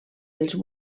els